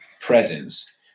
presence